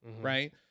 right